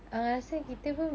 mm mm